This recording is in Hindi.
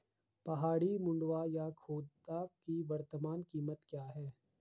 पहाड़ी मंडुवा या खोदा की वर्तमान कीमत क्या है?